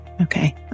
okay